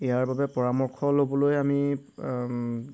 ইয়াৰ বাবে পৰামৰ্শ ল'বলৈ আমি